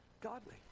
godly